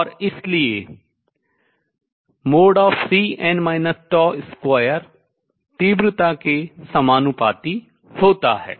और इसलिए Cnn τ2 तीव्रता के समानुपाती होता है